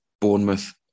Bournemouth